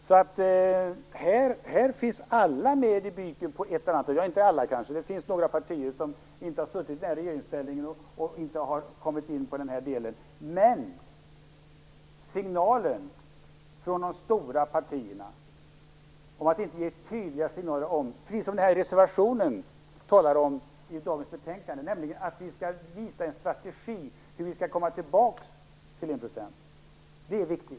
Alla finns med i byken på ett eller annat sätt. Ja, kanske inte alla - det finns några partier som inte har suttit i regeringsställning och inte har kommit med på denna del. Att från de stora partierna ge tydliga signaler om en strategi för hur vi skall komma tillbaka till enprocentsmålet är viktigt.